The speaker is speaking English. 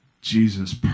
Jesus